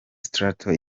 straton